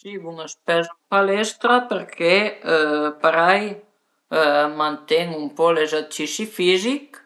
Sun ën camin a fe ën progetto dë cüra dë l'ort, cuindi piantu le piante